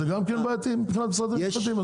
זה גם כן בעייתי מבחינת משרד המשפטים?